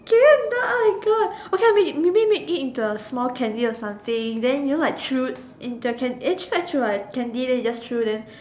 can you not oh my god okay I mean you mean make it into a small candy or something then you know like chew in the candy actually chew the candy you just chew then